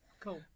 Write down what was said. Cool